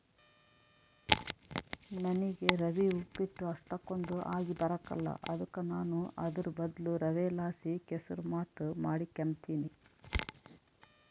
ನನಿಗೆ ರವೆ ಉಪ್ಪಿಟ್ಟು ಅಷ್ಟಕೊಂದ್ ಆಗಿಬರಕಲ್ಲ ಅದುಕ ನಾನು ಅದುರ್ ಬದ್ಲು ರವೆಲಾಸಿ ಕೆಸುರ್ಮಾತ್ ಮಾಡಿಕೆಂಬ್ತೀನಿ